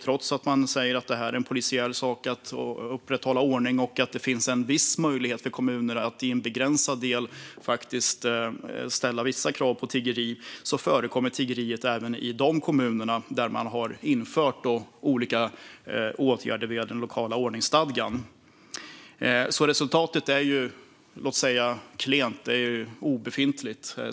Trots att man säger att det är en polisiär sak att upprätthålla ordning och att det finns en viss möjlighet för kommunerna att ställa vissa krav kan vi se att tiggeri förekommer även i de kommuner där man har infört olika åtgärder via den lokala ordningsstadgan. Resultatet är klent eller obefintligt.